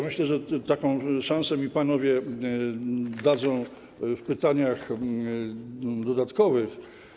Myślę, że taką szansę mi panowie dadzą w pytaniach dodatkowych.